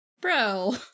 bro